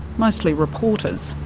mostly reporters.